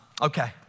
Okay